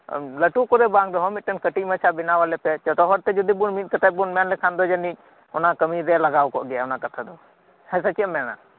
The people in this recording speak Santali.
ᱞᱟᱹᱴᱩ ᱠᱚᱨᱮ ᱵᱟᱝ ᱨᱮᱦᱚᱸ ᱢᱤᱫᱴᱟᱝ ᱠᱟᱹᱴᱤᱡ ᱢᱟᱪᱷᱟ ᱵᱮᱱᱟᱣ ᱟᱞᱮᱯᱮ ᱡᱚᱛᱚ ᱦᱚᱲᱛᱮ ᱡᱚᱫᱤᱵᱩᱱ ᱢᱤᱫ ᱠᱟᱛᱮᱫ ᱵᱩᱱ ᱢᱮᱱ ᱞᱮᱠᱷᱟᱱ ᱫᱚ ᱡᱟᱹᱱᱤᱡ ᱚᱱᱟ ᱠᱟᱹᱢᱤᱨᱮ ᱞᱟᱜᱟᱣ ᱠᱚᱜ ᱜᱮᱭᱟ ᱚᱱᱟ ᱠᱟᱛᱷᱟ ᱫᱚ ᱦᱮᱸᱥᱮ ᱪᱮᱫ ᱮᱢ ᱢᱮᱱᱟ